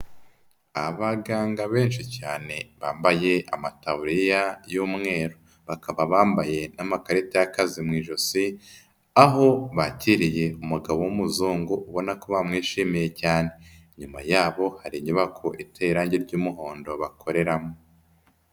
Abaganga benshi cyane bambaye amataburiya y'umweru, bakaba bambaye n'amakarita yakaze mu ijosi, aho bakiriye umugabo w'Umuzungu, ubona ko bamwishimiye cyane, inyuma yabo hari inyubako iteye irange ry'umuhondo bakoreramo.